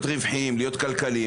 להיות רווחיים וכלכליים,